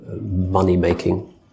money-making